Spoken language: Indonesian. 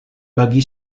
bagi